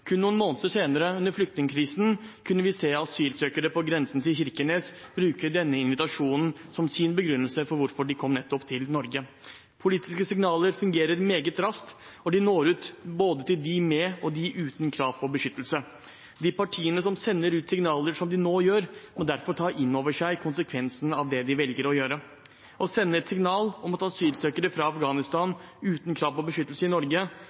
Kun noen måneder senere, under flyktningkrisen, kunne vi se asylsøkere på grensen til Kirkenes bruke denne invitasjonen som sin begrunnelse for hvorfor de kom nettopp til Norge. Politiske signaler fungerer meget raskt, for de når ut til både dem med og dem uten krav på beskyttelse. De partiene som sender ut signaler som de nå gjør, må derfor ta inn over seg konsekvensene av det de velger å gjøre. Å sende et signal om at asylsøkere fra Afghanistan uten krav på beskyttelse i Norge